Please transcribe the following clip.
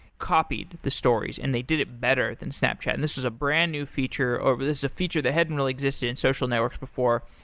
copied the stories, and they did it better than snapchat. and this is a brand new feature this is a feature that hadn't really existed in social networks before,